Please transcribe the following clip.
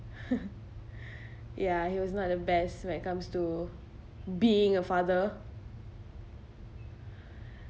ya he was not the best when it comes to being a father